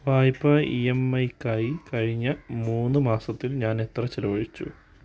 വായ്പാ E M I ക്ക് ആയി കഴിഞ്ഞ മൂന്ന് മാസത്തിൽ ഞാൻ എത്ര ചെലവഴിച്ചു